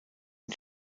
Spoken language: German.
ihn